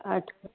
अच्छा